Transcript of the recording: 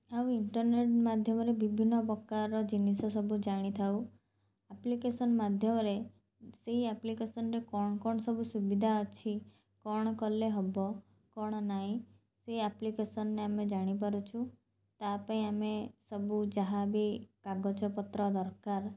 ଆଉ ଇଣ୍ଟରନେଟ୍ ମାଧ୍ୟମରେ ବିଭିନ୍ନ ପ୍ରକାର ଜିନିଷ ସବୁ ଜାଣିଥାଉ ଆପ୍ଲିକେସନ୍ ମାଧ୍ୟମରେ ସେଇ ଆପ୍ଲିକେସନ୍ରେ କ'ଣ କ'ଣ ସବୁ ସୁବିଧା ଅଛି କ'ଣ କଲେ ହବ କ'ଣ ନାହିଁ ସେ ଆପ୍ଲିକେସନ୍ରେ ଆମେ ଜାଣିପାରୁଛୁ ତା'ପାଇଁ ଆମେ ସବୁ ଯାହା ବି କାଗଜପତ୍ର ଦରକାର